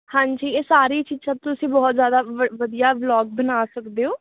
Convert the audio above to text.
ਹਾਂਜੀ ਇਹ ਸਾਰੀ ਚੀਜ਼ਾਂ ਤੁਸੀਂ ਬਹੁਤ ਜ਼ਿਆਦਾ ਵ ਵਧੀਆ ਬਲੋਗ ਬਣਾ ਸਕਦੇ ਹੋ